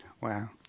wow